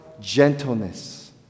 gentleness